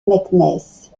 meknès